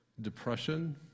depression